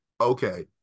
okay